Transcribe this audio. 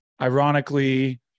Ironically